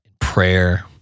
prayer